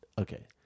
Okay